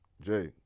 Jay